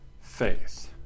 faith